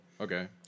Okay